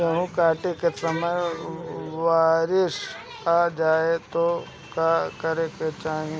गेहुँ कटनी के समय बारीस आ जाए तो का करे के चाही?